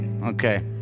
Okay